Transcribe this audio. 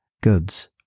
goods